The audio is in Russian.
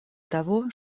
того